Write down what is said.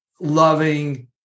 loving